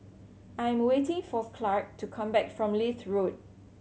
I am waiting for Clarke to come back from Leith Road